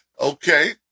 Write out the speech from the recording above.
okay